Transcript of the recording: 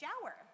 shower